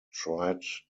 tried